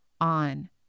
on